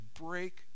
break